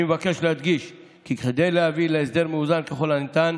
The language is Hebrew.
אני מבקש להדגיש כי כדי להביא להסדר מאוזן ככל הניתן,